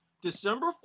December